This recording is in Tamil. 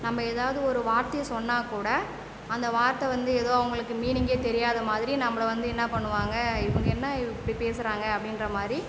நம்ப எதாவது ஒரு வார்த்தையை சொன்னாக்கூட அந்த வார்த்தை வந்து எதோ அவங்களுக்கு மீனிங்கே தெரியாத மாதிரி நம்மளை வந்து என்ன பண்ணுவாங்க இவங்க என்ன இப்படி பேசுறாங்க அப்படின்ற மாதிரி